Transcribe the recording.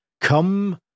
come